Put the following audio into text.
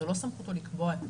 זה לא סמכות לקבוע-